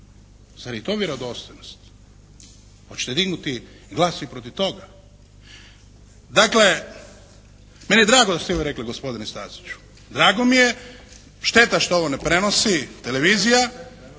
Zar je to vjerodostojnost. Hoćete dignuti glas i protiv toga? Dakle, meni je drago da ste vi ovo rekli gospodine Staziću. Drago mi je, šteta što ovo ne prenosi televizija,